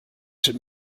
sut